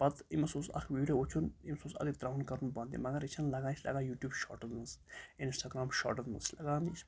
پَتہٕ أمِس اوس اَکھ ویٖڈیو وٕچھُن أمِس اوس ترٛاوُن کَرُن بنٛد مگر یہِ چھَنہٕ لَگان یہِ چھےٚ لَگان یوٗٹیوٗب شاٹَن منٛز اِنَسٹاگرٛام شاٹَن منٛز لگاونہٕ یہِ چھِ